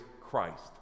Christ